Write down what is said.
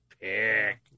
pick